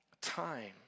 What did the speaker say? time